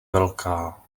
velká